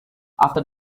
after